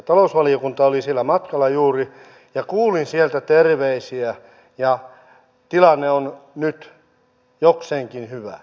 talousvaliokunta oli siellä matkalla juuri ja kuulin sieltä terveisiä ja tilanne on nyt jokseenkin hyvä